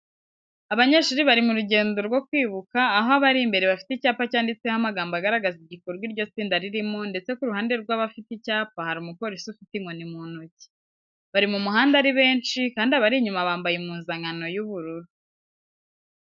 Abanyeshuri bari mu rugendo rwo kwibuka, aho abari imbere bafite icyapa cyanditseho amagambo agaragaza igikorwa iryo tsinda ririmo ndetse ku ruhande rw'abafite icyapa hari umupolisi ufite inkoni mu ntoki. Bari mu muhanda ari benshi kandi abari inyuma bambaye impuzankano y'ubururu.